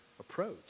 Approach